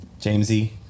Jamesy